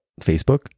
Facebook